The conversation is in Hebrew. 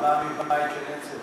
אני בא מבית של אצ"ל.